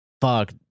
fuck